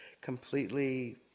completely